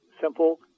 simple